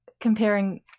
comparing